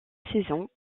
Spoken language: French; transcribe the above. saisons